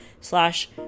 slash